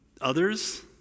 others